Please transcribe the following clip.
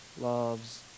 loves